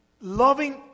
Loving